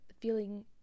feeling